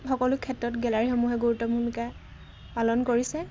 সকলো ক্ষেত্ৰত গেলাৰীসমূহে ভূমিকা পালন কৰিছে